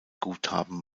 guthaben